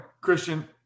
Christian